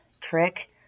Trick